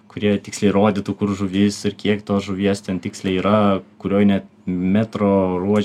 kurie tiksliai rodytų kur žuvis ir kiek tos žuvies ten tiksliai yra kurioj ne metro ruože